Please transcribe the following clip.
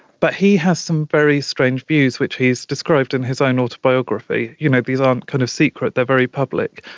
but he has some very strange views which he has described in his own autobiography. you know, these aren't kind of secret, they're very public.